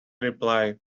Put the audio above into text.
replied